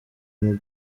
nti